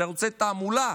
אלה ערוצי תעמולה,